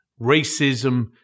racism